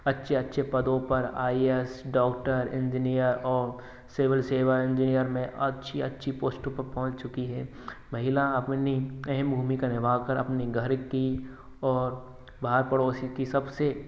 अच्छे अच्छे पदों पर I A S doctor engineer और सिविल सेवा इंजीनियर में अच्छी अच्छी पोस्टों पर पहुँच चुकी है महिला अपनी अहम भूमिका निभाकर अपनी घर की और बाहर पड़ोसी की सबसे